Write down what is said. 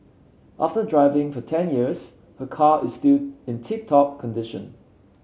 after driving for ten years her car is still in tip top condition